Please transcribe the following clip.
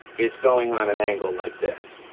it's going on an angle like this.